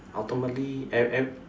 ultimately ev~ ev~